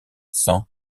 sent